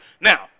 Now